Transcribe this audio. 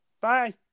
Bye